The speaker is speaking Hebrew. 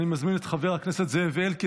אני מזמין את חבר הכנסת זאב אלקין,